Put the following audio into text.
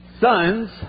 sons